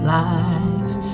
life